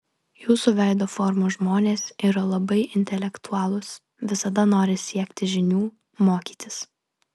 jūsų veido formos žmonės yra labai intelektualūs visada nori siekti žinių mokytis